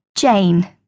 Jane